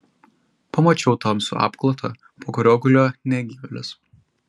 pamačiau tamsų apklotą po kuriuo gulėjo negyvėlis